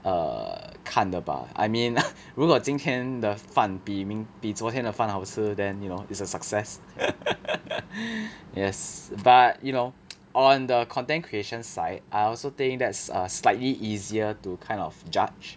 err 看的 bah I mean 如果今天的饭比昨天的饭好吃 then you know it's a success yes but you know on the content creation side I also think that's err slightly easier to kind of judge